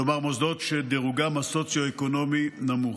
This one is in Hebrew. כלומר מוסדות שדירוגם הסוציו-אקונומי נמוך.